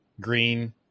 green